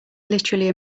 literally